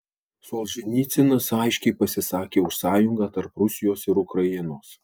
solženicynas aiškiai pasisakė už sąjungą tarp rusijos ir ukrainos